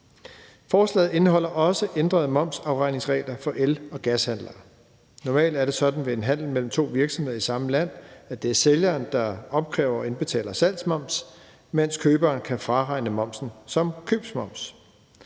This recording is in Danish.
Forslaget indeholder også ændrede momsafregningsregler for el- og gashandeler. Normalt er det sådan ved en handel mellem to virksomheder i samme land, at det er sælgeren, der opkræver og indbetaler salgsmoms, mens køberen kan fraregne momsen som købsmoms.